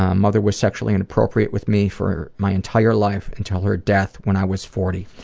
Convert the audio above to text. ah mother was sexually inappropriate with me for my entire life until her death when i was forty.